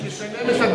בן מוגדר כיורש.